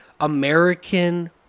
American